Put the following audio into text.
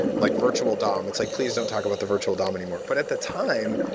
like virtual dom. it's like, please. don't talk about the virtual dom anymore. but at the time,